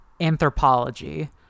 anthropology